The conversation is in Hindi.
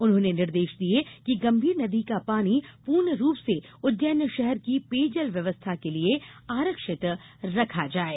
उन्होंने निर्देश दिये कि गंभीर नदी का पानी पूर्ण रूप से उज्जैन शहर की पेयजल व्यवस्था के लिये आरक्षित रखा जाये